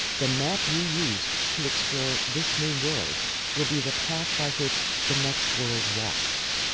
the map you use to explore this new world will be the path by which the next world walks